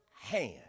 hand